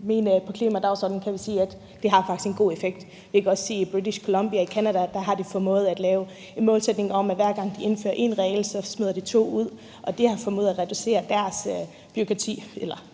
Men lige netop i forhold til klimadagsordenen kan vi se at det faktisk har en god effekt. Vi kan også se i British Columbia i Canada, at der har de formået at lave en målsætning om, at hver gang de indfører én regel, så smider de to ud, og de har formået at reducere deres lovgivning